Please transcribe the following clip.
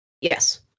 Yes